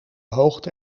hoogte